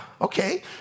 okay